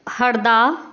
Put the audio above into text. Harda